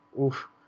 Oof